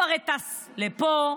הוא הרי טס לפה,